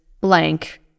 blank